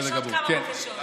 יש עוד כמה בקשות.